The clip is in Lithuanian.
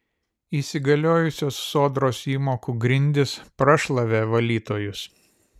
įsigaliojusios sodros įmokų grindys prašlavė valytojus